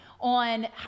on